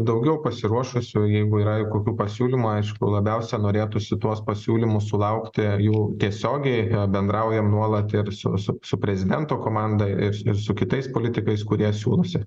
daugiau pasiruošusių jeigu yra ir kokių pasiūlymų aišku labiausia norėtųsi tuos pasiūlymus sulaukti jų tiesiogiai bendraujam nuolat ir su su su prezidento komanda ir ir su kitais politikais kurie siūlosi